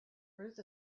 ruth